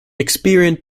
experienced